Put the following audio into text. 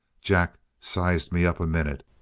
jack sized me up a minute.